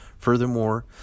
Furthermore